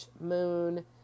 Moon